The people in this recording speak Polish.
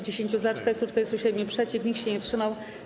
10 - za, 447 - przeciw, nikt się nie wstrzymał.